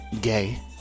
gay